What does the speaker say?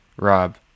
Rob